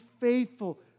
faithful